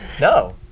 No